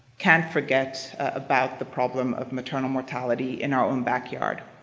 can't forget about the problem of maternal mortality in our own backyard.